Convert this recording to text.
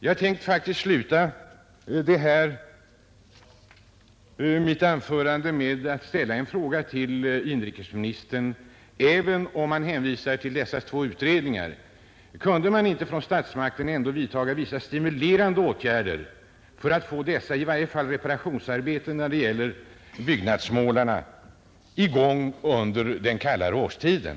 Jag skulle vilja sluta mitt anförande med att ställa ytterligare en fråga till inrikesministern: Kunde man inte från statsmakternas sida även om man hänvisar till dessa två utredningar vidta vissa stimulerande åtgärder för att söka få i gång dessa reparationsarbeten med sysselsättning åt byggnadsmålarna under den kallare årstiden?